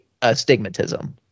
stigmatism